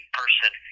person